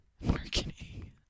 Marketing